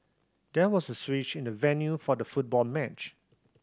there was a switch in the venue for the football match